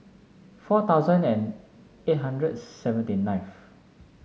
four thousand and eight hundred seventy ninth